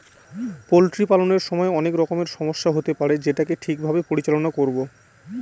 poultry পালনের সময় অনেক রকমের সমস্যা হতে পারে যেটাকে ঠিক ভাবে পরিচালনা করবো